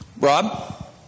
rob